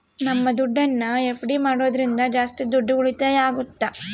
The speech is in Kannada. ನಮ್ ದುಡ್ಡನ್ನ ಎಫ್.ಡಿ ಮಾಡೋದ್ರಿಂದ ಜಾಸ್ತಿ ದುಡ್ಡು ಉಳಿತಾಯ ಆಗುತ್ತ